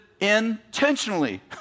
intentionally